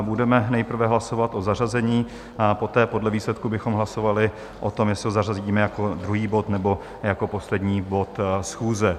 Budeme nejprve hlasovat o zařazení, poté podle výsledku bychom hlasovali o tom, jestli ho zařadíme jako druhý bod nebo jako poslední bod schůze.